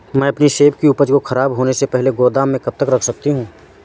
मैं अपनी सेब की उपज को ख़राब होने से पहले गोदाम में कब तक रख सकती हूँ?